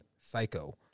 psycho